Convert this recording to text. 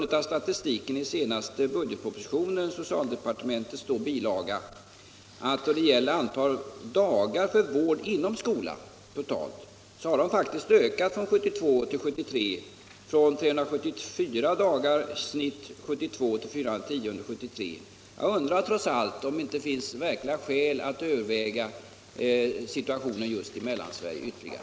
Men av statistiken i senaste budgetpropositionen under socialdepartementets huvudtitel framgår att det totala antalet dagar för vård inom ungdomsvårdsskola faktiskt har ökat från 374 i genomsnitt år 1972 till 410 under 1973. Jag undrar trots allt om det inte finns skäl att ytterligare överväga platssituationen just i Mellansverige.